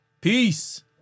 Peace